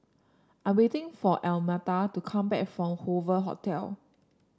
I waiting for Almeta to come back from Hoover Hotel